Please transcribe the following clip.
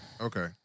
Okay